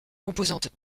composante